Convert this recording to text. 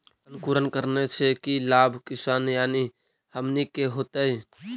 अंकुरण करने से की लाभ किसान यानी हमनि के होतय?